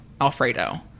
alfredo